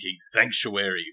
sanctuary